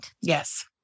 Yes